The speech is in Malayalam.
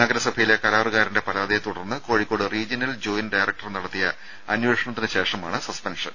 നഗരസഭയിലെ കരാറുകാരന്റെ പരാതിയെത്തുടർന്ന് കോഴിക്കോട് റീജിയണൽ ജോയിന്റ് ഡയറക്ടർ നടത്തിയ അന്വേഷണത്തിന് ശേഷമാണ് സസ്പെൻഷൻ